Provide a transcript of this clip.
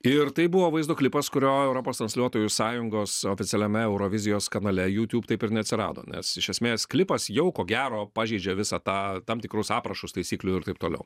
ir tai buvo vaizdo klipas kurio europos transliuotojų sąjungos oficialiame eurovizijos kanale youtube taip ir neatsirado nes iš esmės klipas jau ko gero pažeidžia visą tą tam tikrus aprašus taisyklių ir taip toliau